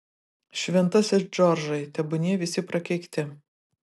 šventasis džordžai tebūnie visi prakeikti